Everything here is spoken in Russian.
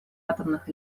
атомных